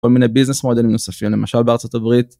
כל מיני ביזנס מודלס נוספים למשל בארצות הברית.